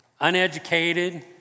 uneducated